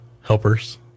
helpers